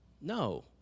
No